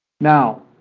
Now